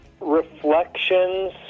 reflections